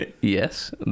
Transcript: Yes